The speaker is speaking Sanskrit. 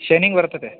शैनिङ्ग् वर्तते